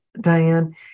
Diane